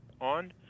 on